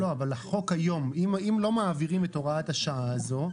אבל אם לא מעבירים את הוראת השעה הזאת,